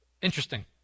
Interesting